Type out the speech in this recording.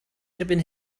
erbyn